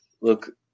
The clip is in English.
look